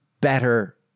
better